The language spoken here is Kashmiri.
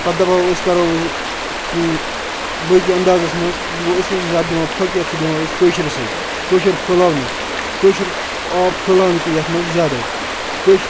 پتہٕ دَپو أسۍ کَرو کہِ باقٕے اندازس منٛز وۄنۍ گوٚو أسۍ حظ چھِ زیادٕ دِوان فوکِیت چھِ دِوان أسۍ کٲشرسٕے کٲشر پھہلاونُک کٲشُر آو پھہلان نہٕ تہِ یَتھ منٛز زیادے کٔش